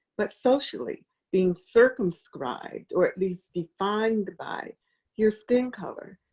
but socially being circumscribed or at least defined by your skin color.